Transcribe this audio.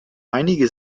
einige